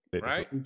right